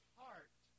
heart